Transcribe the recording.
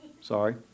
Sorry